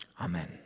Amen